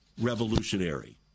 revolutionary